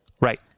Right